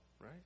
right